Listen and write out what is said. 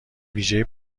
ویژهی